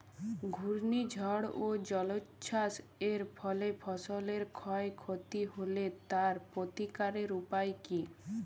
ঘূর্ণিঝড় ও জলোচ্ছ্বাস এর ফলে ফসলের ক্ষয় ক্ষতি হলে তার প্রতিকারের উপায় কী?